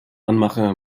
anmache